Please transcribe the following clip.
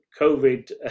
COVID